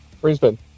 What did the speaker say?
Brisbane